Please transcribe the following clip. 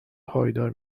پایدار